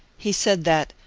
he said that,